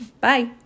Bye